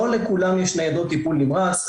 לא לכולם יש ניידות טיפול נמרץ,